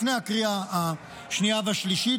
לפני הקריאה השנייה והשלישית,